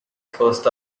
first